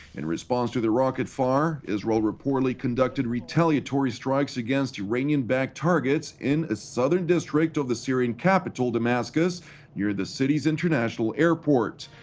in response to the rocket-fire, israel reportedly conducted retaliatory strikes against iranian-backed targets in a southern district of the syrian capital, damascus near the city's international airport.